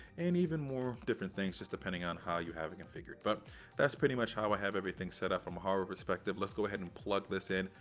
and even more different things just depending on how you have it configured. but that's pretty much how i have everything setup from our perspective, let's go ahead and plug this in,